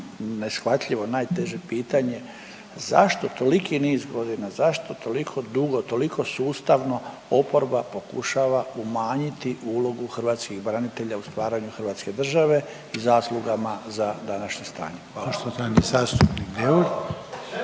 neshvatljivo, najteže pitanje, zašto toliki niz godina, zašto toliko dugo, toliko sustavno oporba pokušava umanjiti ulogu hrvatskih branitelja u stvaranju hrvatske države i zaslugama za današnje stanje?